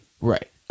Right